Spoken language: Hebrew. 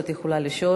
את יכולה לשאול,